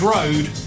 Road